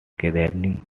katherine